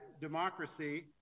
democracy